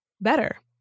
better